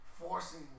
forcing